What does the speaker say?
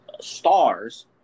stars